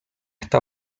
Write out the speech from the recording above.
está